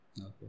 Okay